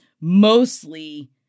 mostly